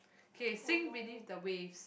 okay sink beneath the waves